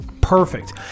Perfect